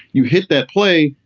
you hit that play.